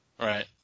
Right